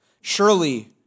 Surely